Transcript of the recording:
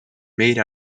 made